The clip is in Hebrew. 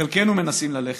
שחלקנו מנסים ללכת,